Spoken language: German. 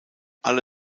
alle